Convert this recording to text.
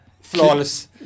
flawless